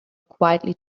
quietly